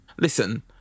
listen